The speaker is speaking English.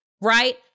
right